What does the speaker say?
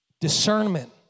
Discernment